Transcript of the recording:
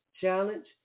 challenge